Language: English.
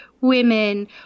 women